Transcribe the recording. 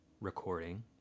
recording